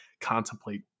contemplate